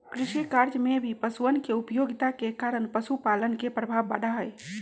कृषिकार्य में भी पशुअन के उपयोगिता के कारण पशुपालन के प्रभाव बढ़ा हई